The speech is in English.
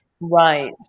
Right